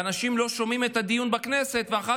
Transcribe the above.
ואנשים לא שומעים את הדיון בכנסת ואחר